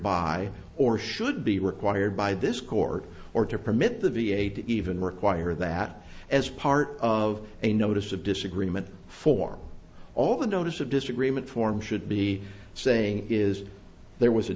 by or should be required by this court or to permit the v a to even require that as part of a notice of disagreement for all the notice of disagreement form should be saying is there was a